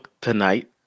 tonight